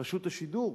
רשות השידור,